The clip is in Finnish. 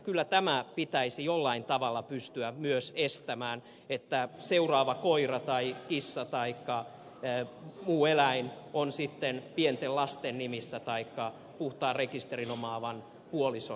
kyllä tämä pitäisi jollain tavalla pystyä myös estämään että seuraava koira tai kissa taikka muu eläin olisi sitten pienten lasten nimissä taikka puhtaan rekisterin omaavan puolison nimissä